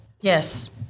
Yes